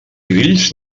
grills